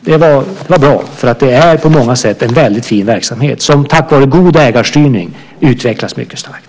Det var bra, för det är på många sätt en fin verksamhet som tack vare god ägarstyrning utvecklas mycket starkt.